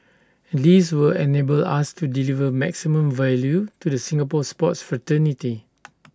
this will enable us to deliver maximum value to the Singapore sports fraternity